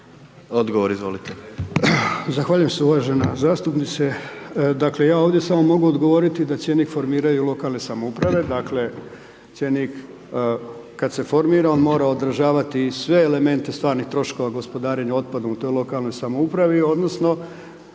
Mile (SDSS)** Zahvaljujem se uvažena zastupnice. Dakle ja ovdje samo mogu odgovoriti da cjenik formiraju lokalne samouprave, dakle cjenik kada se formira mora održavati i sve elemente stvarnih troškova gospodarenja otpadom u toj lokalnoj samoupravi, odnosno